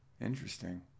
Interesting